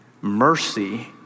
mercy